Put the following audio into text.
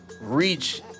reach